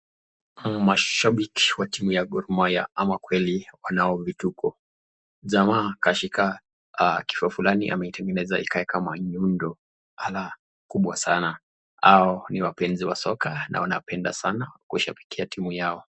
Mashabiki wa timu ya Gor mahia ama kweli wanao vituko. Jamaa kashika kifaa fulani ameitengeneza ikae kama nyundo alaa kubwa sana. Hao ni wapenzi wa soka na wanapenda sana kushabikia timu yao.